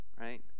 right